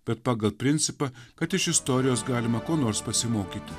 bet pagal principą kad iš istorijos galima ko nors pasimokyti